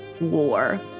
war